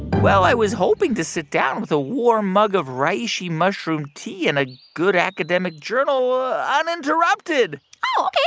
well, i was hoping to sit down with a warm mug of reishi mushroom tea and a good academic journal uninterrupted oh, ok.